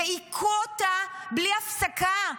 והיכו אותה בלי הפסקה.